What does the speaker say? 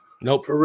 Nope